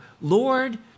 Lord